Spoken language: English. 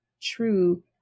true